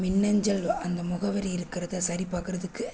மின்னஞ்சல் அந்த முகவரி இருக்கிறத சரி பார்க்குறதுக்கு